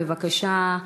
בבקשה,